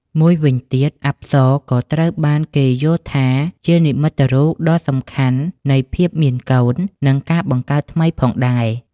មួយវិញទៀត អប្សរក៏ត្រូវបានគេយល់ថាជានិមិត្តរូបដ៏សំខាន់នៃ ភាពមានកូន និងការបង្កើតថ្មី ផងដែរ។